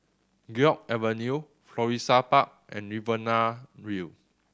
Guok Avenue Florissa Park and Riverina View